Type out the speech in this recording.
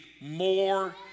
more